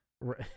Right